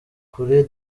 kure